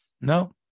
No